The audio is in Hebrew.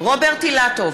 רוברט אילטוב,